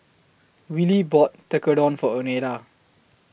Wylie bought Tekkadon For Oneida